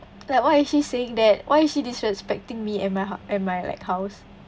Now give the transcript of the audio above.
like why is she saying that why is she disrespecting me and my hou~ and my like house